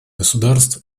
государств